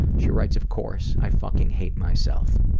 she writes, of course. i fucking hate myself.